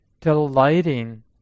delighting